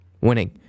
Winning